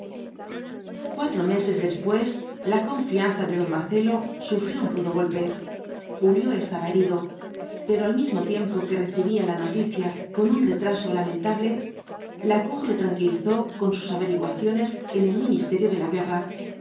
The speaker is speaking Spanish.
cuatro meses después la confianza de don marcelo sufrió un rudo golpe julio estaba herido pero al mismo tiempo que recibía la noticia con un retraso lamentable lacour le tranquilizó con sus averiguaciones en el ministerio de la guerra